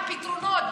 בפתרונות,